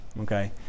okay